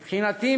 מבחינתי,